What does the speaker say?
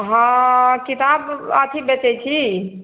हँ किताब अथि बेचैत छी